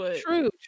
True